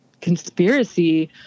conspiracy